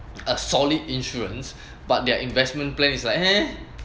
a solid insurance but their investment plan is like !heh!